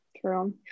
True